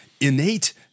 innate